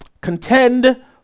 Contend